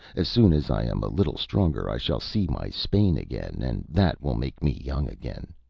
as soon as i am a little stronger i shall see my spain again and that will make me young again!